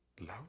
Love